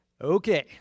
Okay